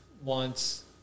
wants